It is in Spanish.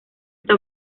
está